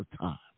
time